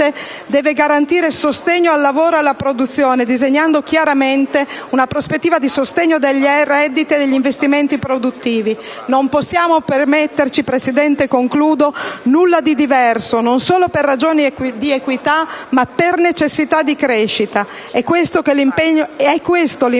deve garantire sostegno al lavoro e alla produzione, disegnando chiaramente una prospettiva di sostegno dei redditi e degli investimenti produttivi. Non possiamo permetterci, signor Presidente, nulla di diverso, non solo per ragioni di equità ma per necessità di crescita. Questo è l'impegno